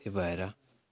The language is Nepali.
त्यही भएर